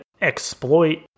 exploit